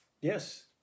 Yes